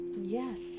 yes